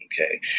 Okay